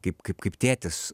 kaip kaip kaip tėtis